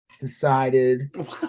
decided